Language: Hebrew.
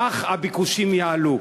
כך הביקושים יעלו.